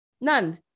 None